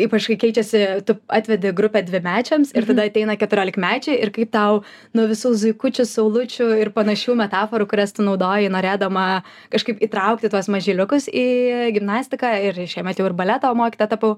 ypač kai keičiasi tu atvedi grupę dvimečiams ir tada ateina keturiolikmečiai ir kaip tau nuo visų zuikučių saulučių ir panašių metaforų kurias tu naudoji norėdama kažkaip įtraukti tuos mažyliukus į gimnastiką ir šiemet jau ir baleto mokytoja tapau